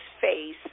face